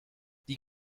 die